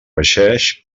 regeix